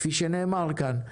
כפי שנאמר כאן,